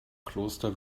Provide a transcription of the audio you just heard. kloster